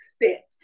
extent